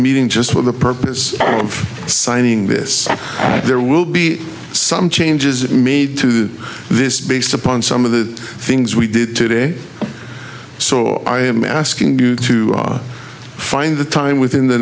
meeting just for the purpose of signing this there will be some changes made to this based upon some of the things we did today so i am asking you to find the time within the